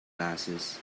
glasses